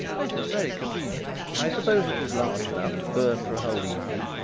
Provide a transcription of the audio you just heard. that is very convenient. i suppose it is large enough to burn for a whole evening?